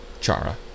Chara